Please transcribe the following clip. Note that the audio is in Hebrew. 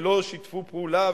ולא שיתפו פעולה,